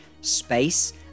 space